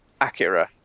Acura